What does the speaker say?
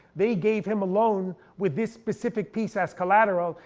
they gave him a loan with this specific piece as collateral,